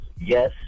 yes